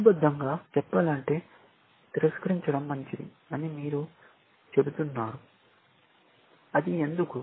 హేతుబద్ధంగా చెప్పాలంటే తిరస్కరించడం మంచిది అని మీరు చెబుతున్నారు అది ఎందుకు